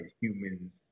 humans